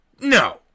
no